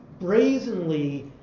brazenly